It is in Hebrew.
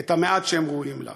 את המעט שהם ראויים לו.